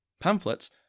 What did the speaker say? Pamphlets